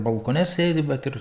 balkone sėdi bet ir